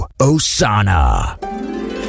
Osana